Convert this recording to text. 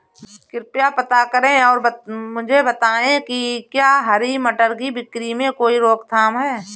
कृपया पता करें और मुझे बताएं कि क्या हरी मटर की बिक्री में कोई रोकथाम है?